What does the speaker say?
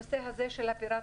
הנושא הזה של הפיראטיות,